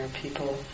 people